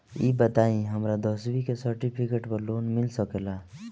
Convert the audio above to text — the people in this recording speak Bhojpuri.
ई बताई हमरा दसवीं के सेर्टफिकेट पर लोन मिल सकेला?